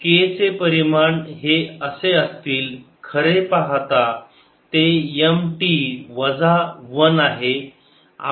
k चे परिमाण हे असे असतील खरे पाहता ते M T वजा 1 आहे